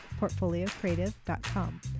PortfolioCreative.com